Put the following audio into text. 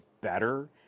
better